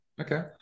Okay